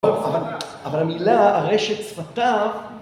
אבל המילה, ארשת שפתיו...